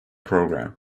program